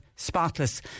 Spotless